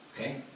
Okay